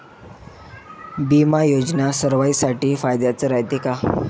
बिमा योजना सर्वाईसाठी फायद्याचं रायते का?